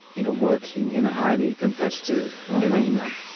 you know, working in a highly competitive arena,